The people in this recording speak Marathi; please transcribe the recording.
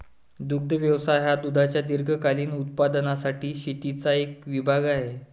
दुग्ध व्यवसाय हा दुधाच्या दीर्घकालीन उत्पादनासाठी शेतीचा एक विभाग आहे